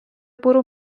برو